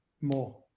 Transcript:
more